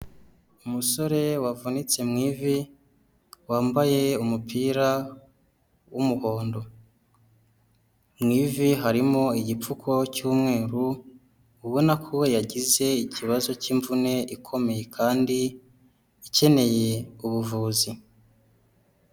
Umusore wavunitse mu ivi, wambaye umupira w'umuhondo, mu ivi harimo igipfuko cy'umweru, ubona ko yagize ikibazo cy'imvune ikomeye kandi ikeneye ubuvuzi.